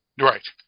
Right